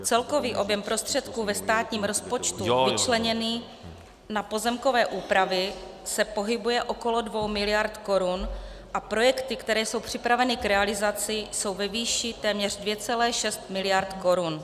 Celkový objem prostředků ve státním rozpočtu vyčleněný na pozemkové úpravy se pohybuje okolo 2 mld. korun a projekty, které jsou připraveny k realizaci, jsou ve výši téměř 2,6 mld. korun.